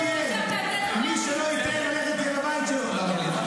מי שלא ייתן, יהיה בבית שלו.